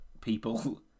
people